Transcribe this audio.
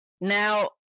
Now